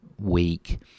week